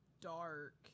dark